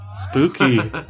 Spooky